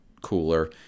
cooler